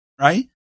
right